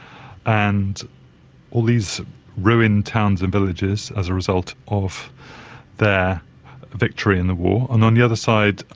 and all these ruined towns and villages as a result of their victory in the war. and on the other side,